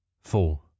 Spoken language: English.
four